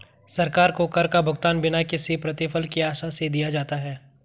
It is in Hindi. सरकार को कर का भुगतान बिना किसी प्रतिफल की आशा से दिया जाता है